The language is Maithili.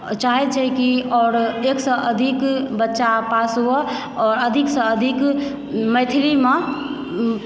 चाहैत छै कि आओर एकसँ अधिक बच्चा पास हुअ आओर अधिकसँ अधिक मैथिलीमऽ